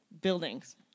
buildings